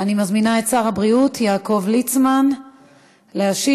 מזמינה את שר הבריאות יעקב ליצמן להשיב